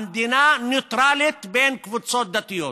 המדינה ניטרלית בין קבוצות דתיות,